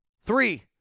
Three